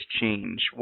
change